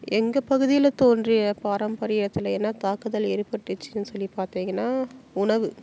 எங்கள் பகுதியில் தோன்றிய பாரம்பரியத்தில் என்ன தாக்குதல் ஏற்பட்டுச்சுன்னு சொல்லி பார்த்திங்கன்னா உணவு